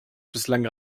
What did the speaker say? bislang